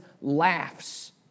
laughs